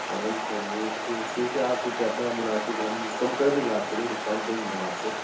oil service ٹھیک ہے آپ کو جیسا مناسب ہم کم کر دیں گے آپ کے لیے ڈسکاؤنٹ دیں گے ہم آپ کو